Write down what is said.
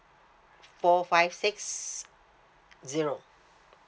four five six zero